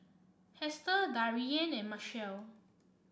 Hester Darien and Machelle